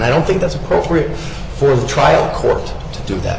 i don't think that's appropriate for the trial court to do that